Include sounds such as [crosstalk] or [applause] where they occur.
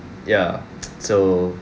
ya [noise] so